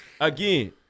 again